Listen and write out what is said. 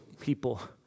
people